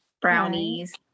brownies